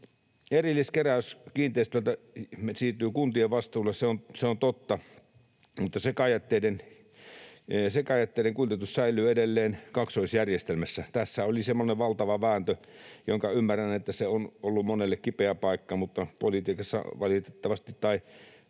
Erilliskeräys kiinteistöiltä siirtyy kuntien vastuulle, se on totta, mutta sekajätteiden kuljetus säilyy edelleen kaksoisjärjestelmässä. Tässä oli semmoinen valtava vääntö. Ymmärrän, että se on ollut monelle kipeä paikka, mutta politiikassa, arkipäivässä